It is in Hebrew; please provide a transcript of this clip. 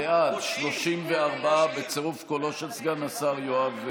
אם כן, בעד, 34, בצירוף קולו של סגן השר יואב קיש,